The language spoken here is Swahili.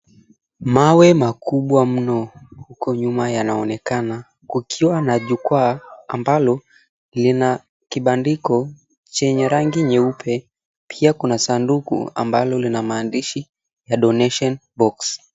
Mawe makubwa mno, huko nyuma yanaonekana. Kukiwa na jukwaa ambalo lina kibandiko chenye rangi nyeupe. Pia kuna sanduka ambalo lina maandishi ya, Donation Box.